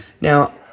Now